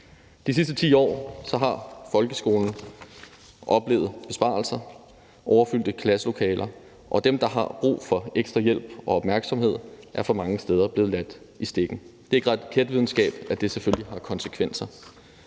De sidste 10 har folkeskolen oplevet besparelser og overfyldte klasselokaler, og dem, der har brug for ekstra hjælp og opmærksomhed er for mange steder blevet ladt i stikken. Det er ikke raketvidenskab, at det selvfølgelig har konsekvenser.